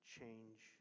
Change